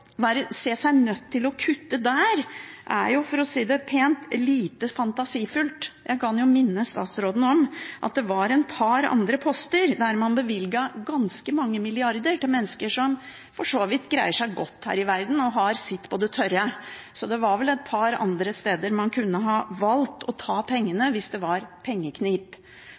se seg nødt til å kutte der er, for å si det pent, lite fantasifullt. Jeg kan minne statsråden om at det var et par andre poster der man bevilget ganske mange milliarder til mennesker som for så vidt greier seg godt her i verden og har sitt på det tørre. Så det var vel et par andre steder man kunne ha valgt å ta pengene hvis det var